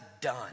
done